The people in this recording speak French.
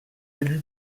élu